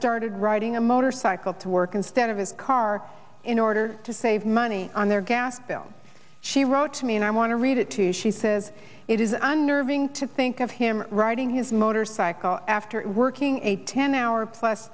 started riding a motorcycle to work instead of his car in order to save money on their gas bill she wrote to me and i want to read it to you she says it is a nerve ing to think of him riding his motorcycle after working a ten hour plus